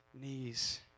knees